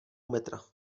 metra